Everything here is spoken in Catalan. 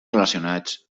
relacionats